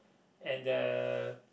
and uh